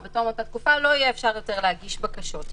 או בתום אותה תקופה לא יהיה אפשר יותר להגיש בקשות.